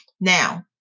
Now